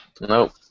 Nope